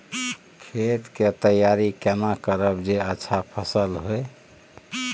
खेत के तैयारी केना करब जे अच्छा फसल होय?